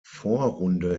vorrunde